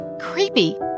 Creepy